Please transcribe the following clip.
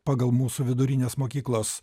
pagal mūsų vidurinės mokyklos